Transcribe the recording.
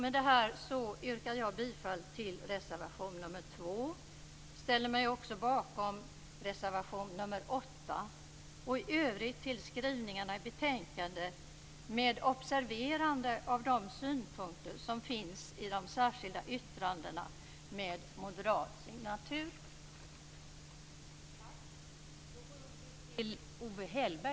Jag yrkar med detta bifall till reservation nr 2 och ställer mig också bakom reservation nr 8 och skrivningarna i övrigt i betänkandet, med observerande av de synpunkter som finns i de särskilda yttrandena med moderat signatur.